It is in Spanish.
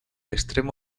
extremo